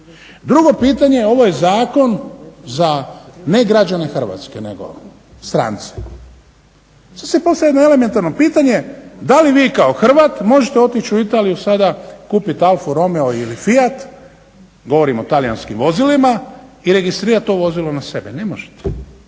Drugo pitanje, ovo je zakon za ne građane Hrvatske, nego strance. Tu se postavlja jedno elementarno pitanje da li vi kao Hrvat možete otići u Italiju sada kupiti Alfa Romeo ili Fiat, govorim o talijanskim vozilima i registrirati to vozilo na sebe? Ne možete.